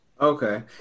Okay